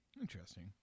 Interesting